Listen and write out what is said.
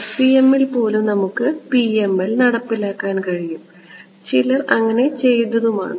FEM ൽ പോലും നമുക്ക് PML നടപ്പിലാക്കാൻ കഴിയും ചിലർ അങ്ങനെ ചെയ്തതുമാണ്